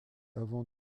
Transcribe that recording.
avant